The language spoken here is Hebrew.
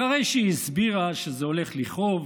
אחרי שהיא הסבירה שזה הולך לכאוב